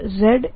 rr3 m